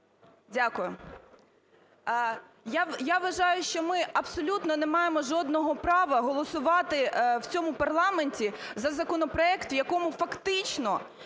Дякую. Я вважаю, що ми абсолютно не маємо жодного права голосувати в цьому парламенті за законопроект, в якому фактично